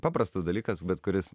paprastas dalykas bet kuris